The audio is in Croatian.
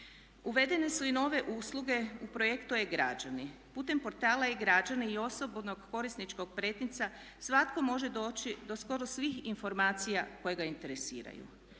Uvedene su i nove usluge u projektu e-građani. Putem portala e-građana i osebujnog korisničkog pretinca svatko može doći do skoro svih informacija koje ga interesiraju.